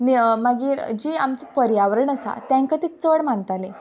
मागीर जी आमचें पर्यावरण आसा तांकां तें चड मानताले